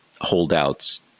holdouts